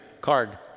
card